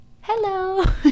hello